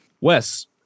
Wes